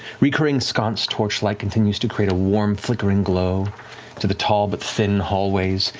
recurring sconce torchlight continues to create a warm, flickering glow to the tall but thin hallways.